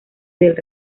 del